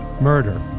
Murder